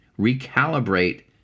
recalibrate